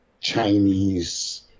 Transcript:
Chinese